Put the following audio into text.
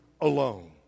alone